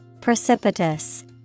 precipitous